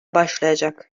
başlayacak